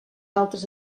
altres